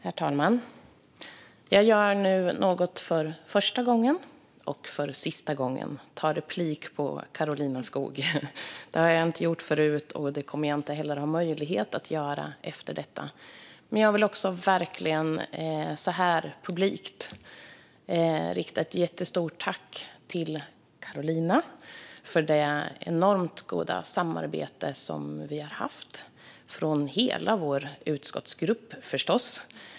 Herr talman! Jag gör nu något för första gången och för sista gången: tar replik på Karolina Skog. Det har jag inte gjort förut, och det kommer jag inte heller att ha möjlighet att göra efter detta. Jag vill verkligen, så här publikt, rikta ett jättestort tack till Karolina för det enormt goda samarbete som vi har haft, från hela vår utskottsgrupp, förstås.